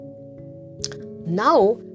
Now